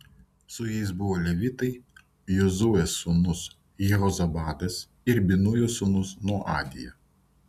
su jais buvo levitai jozuės sūnus jehozabadas ir binujo sūnus noadija